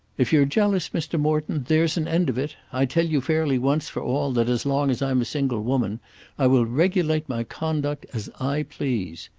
if you're jealous, mr. morton, there's an end of it. i tell you fairly once for all, that as long as i'm a single woman i will regulate my conduct as i please.